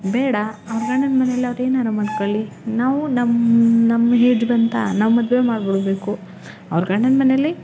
ಬೇಡ ಅವ್ರ ಗಂಡನ ಮನೇಲಿ ಅವ್ರು ಏನಾರ ಮಾಡ್ಕೊಳ್ಳಿ ನಾವು ನಮ್ಮ ನಮ್ಮ ಏಜ್ ಬಂತಾ ನಾವು ಮದುವೆ ಮಾಡಿ ಬಿಡಬೇಕು ಅವ್ರು ಗಂಡನ ಮನೇಲಿ